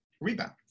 rebound